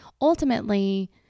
ultimately